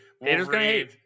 Wolverine